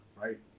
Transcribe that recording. right